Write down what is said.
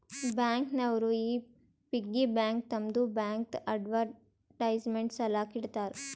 bank ನವರು ಈ piggy bank ತಮ್ಮದು ಬ್ಯಾಂಕ್ದು ಅಡ್ವರ್ಟೈಸ್ಮೆಂಟ್ ಸಲಾಕ ಇಡ್ತಾರ